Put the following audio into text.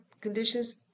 conditions